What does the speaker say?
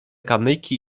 kamyki